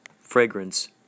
fragrance